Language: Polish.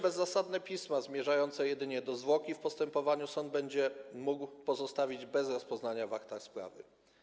Bezzasadne pisma zmierzające jedynie do zwłoki w postępowaniu sąd będzie mógł oczywiście pozostawić bez rozpoznania w aktach sprawy.